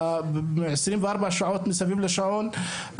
24 שעות מסביב לשעון,